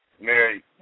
Mary